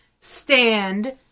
stand